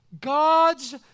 God's